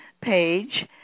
page